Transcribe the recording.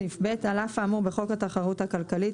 (ב) על אף האמור בחוק התחרות הכלכלית,